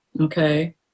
Okay